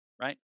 Right